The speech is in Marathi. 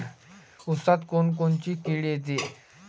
ऊसात कोनकोनची किड येते?